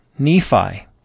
Nephi